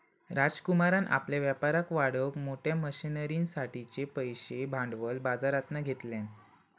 राजकुमारान आपल्या व्यापाराक वाढवूक मोठ्या मशनरींसाठिचे पैशे भांडवल बाजरातना घेतल्यान